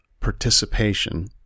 participation